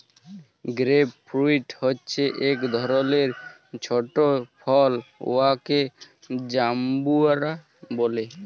grape fruit হছে ইক ধরলের ছট ফল উয়াকে জাম্বুরা ব্যলে